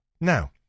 Now